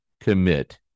commit